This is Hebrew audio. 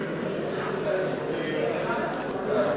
הארכת הוראת השעה בעניין ביצוע בדיקת תלות),